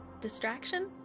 distraction